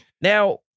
Now